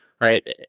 right